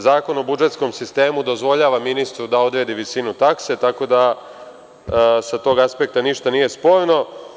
Zakon o budžetskom sistemu dozvoljava ministru da odredi visinu takse, tako da sa tog aspekta ništa nije sporno.